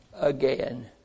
again